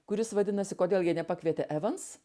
kuris vadinasi kodėl jie nepakvietė evans